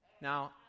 now